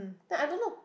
no I don't know